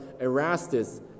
Erastus